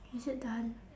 is it done